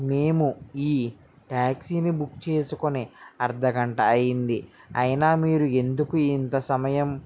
మేము ఈ ట్యాక్సీని బుక్ చేసుకుని అర్థగంట అయ్యింది అయినా మీరు ఎందుకు ఇంత సమయానికి